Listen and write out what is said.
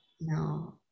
No